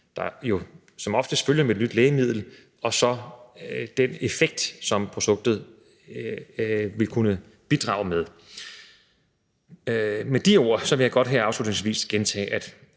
som oftest følger med et nyt lægemiddel, og så den effekt, som produktet vil kunne bidrage med. Med de ord vil jeg godt her afslutningsvis gentage,